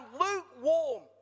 lukewarm